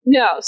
no